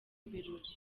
birori